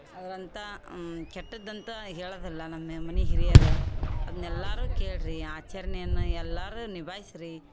ಅದರಂಥ ಕೆಟ್ಟದ್ದಂಥ ಹೇಳೋದಲ್ಲ ನನ್ನ ಅ ಮನೆ ಹಿರಿಯರು ಅದ್ನ ಎಲ್ಲರೂ ಕೇಳಿರಿ ಆಚರಣೆಯನ್ನ ಎಲ್ಲರೂ ನಿಭಾಯ್ಸಿ ರೀ